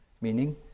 Meaning